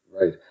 Right